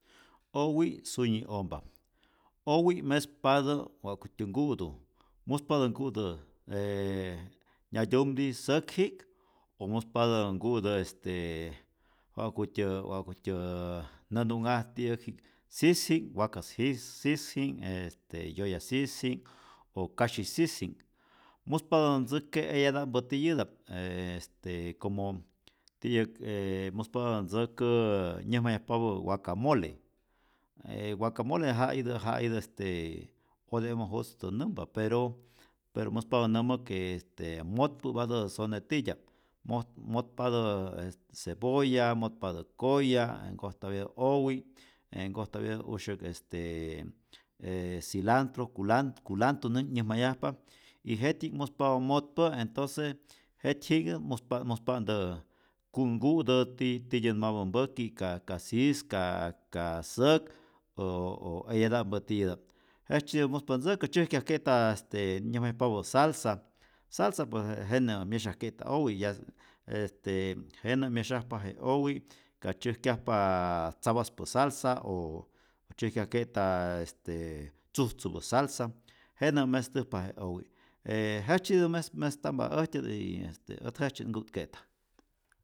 Owi' sunyi ompa, owi' mespatä wa'kutyä nku'tu, muspatä nku'tä nyatyumti, säkji'k o muspatä nku'tä est wa'kutyä wa'kutyä näntu'nhaj ti'yäkji'k sisji'k, wakas sis sisji'k, e este yoya sisji'k, o kasyi sisji'nh, muspatä ntzäk'ke' eyata'mpä tiyäta'p, e este como ti'yäk ee muspatä ntzäkäää nyäjmayajpapä wakamole, e wakamole ja itä ja itä este ote'ojmä jutztä nämpa, pero pero muspatä nämä que este motpä'patä sone titya'p, mot motpatä e cebolla, motpatä koya', nkojtapyatä owi', e nkojtapyatä usyäk este e cilantro kulan kulantu näm nyäjmayajpa y jetyji'k muspatä motpä', entonce jetyji'nhtä muspa muspa'ntä kunh ku'tä ti tityät mapä mpäki' ka ka sis, ka ka säk o o eyata'mä tiyäta'p, jejtzyetä muspa ntzäkä, tzyäjkyajke'ta este nyäjmayajpapä salsa, salsa pues jenä myesyajke'ta owi' yak este jenä myesyajpa je owi', ka tzyäjkyajpaa tzapaspä salsa o tzyäjkyajke'taa este tzujtzupä salsa, jenä mestäjpa je owi', e jejtzyetitä mes mestampa äjtyät y este ät jejtzye't nku'tke'ta.